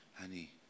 honey